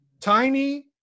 Tiny